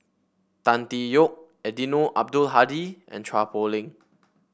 Tan Tee Yoke Eddino Abdul Hadi and Chua Poh Leng